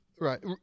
Right